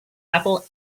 apple